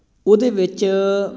ਉਹਦੇ ਵਿੱਚ